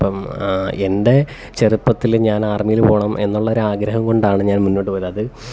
അപ്പം എൻ്റെ ചെറുപ്പത്തിൽ ഞാനാർമ്മിയിൽ പോകണം എന്നുള്ളൊരാഗ്രഹം കൊണ്ടാണ് ഞാൻ മുന്നോട്ടു പോയത് അത്